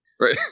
Right